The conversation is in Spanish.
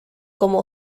como